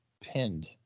pinned